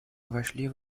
вошли